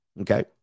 Okay